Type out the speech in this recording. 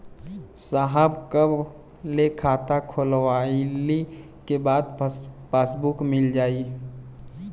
साहब कब ले खाता खोलवाइले के बाद पासबुक मिल जाई?